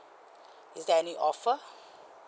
is there any offer